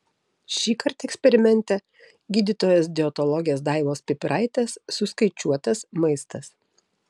šįkart eksperimente gydytojos dietologės daivos pipiraitės suskaičiuotas maistas